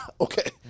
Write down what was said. Okay